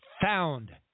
found